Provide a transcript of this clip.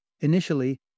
Initially